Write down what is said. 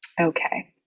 Okay